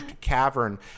cavern